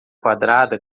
quadrada